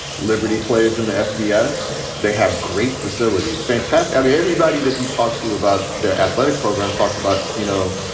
liberty plays in the fbs, they have great facilities. fantastic. i mean, everybody that you talk to about their athletic program talks about, you know,